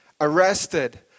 arrested